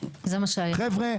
חבר'ה,